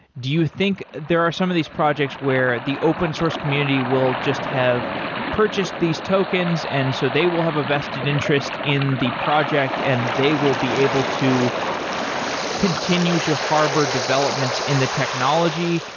do you think there are some of these projects where the open source community will just have purchased these tokens and so they will have a vested interest in the project and they will be able to continue to harbor developments in the technology?